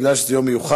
מכיוון שזה יום מיוחד,